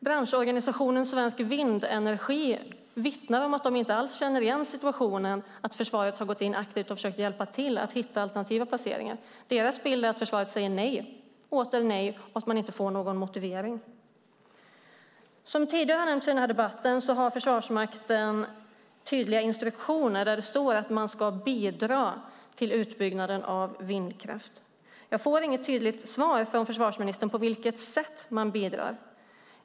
Branschorganisationen Svensk Vindenergi vittnar om att de inte alls känner igen situationen att försvaret har gått in aktivt och försökt hjälpa till att hitta alternativa placeringar. Deras bild är att försvaret säger nej och åter nej och att man inte får någon motivering. Som tidigare har nämnts i debatten har Försvarsmakten tydliga instruktioner där det står att man ska bidra till utbyggnaden av vindkraft. Jag får inget tydligt svar från försvarsministern på vilket sätt man bidrar.